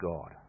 God